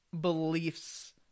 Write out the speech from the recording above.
beliefs